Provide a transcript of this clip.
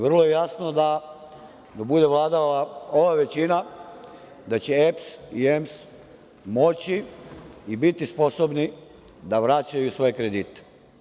Vrlo je jasno dok bude vladala ova većina da će EPS i EMS moći i biti sposobni da vraćaju svoje kredite.